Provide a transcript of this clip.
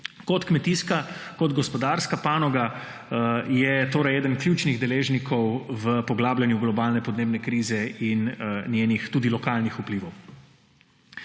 Kot kmetijska, kot gospodarska panoga je torej eden ključnih deležnikov v poglabljanju globalne podnebne krize in tudi njenih lokalnih vplivov.